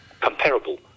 comparable